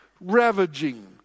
ravaging